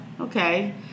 Okay